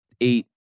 eight